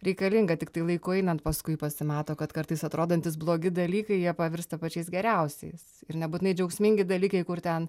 reikalinga tiktai laikui einant paskui pasimato kad kartais atrodantys blogi dalykai jie pavirsta pačiais geriausiais ir nebūtinai džiaugsmingi dalykai kur ten